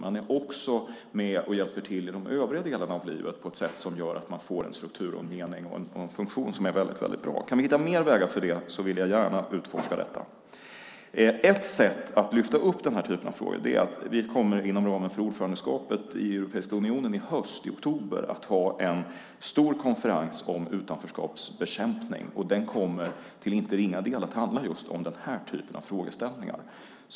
Man är också med och hjälper till i de övriga delarna av livet på ett sätt som gör att man får en struktur, mening och funktion som är väldigt bra. Kan vi hitta fler vägar för det vill jag gärna utforska detta. Ett sätt att lyfta fram den här typen av frågor är den stora konferens om utanförskapsbekämpning som vi inom ramen för ordförandeskapet i Europeiska unionen kommer att ha i oktober i höst. Den kommer till inte ringa del att handla just om den här typen av frågeställningar.